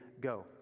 go